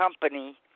company